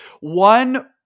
one